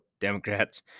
Democrats